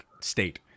state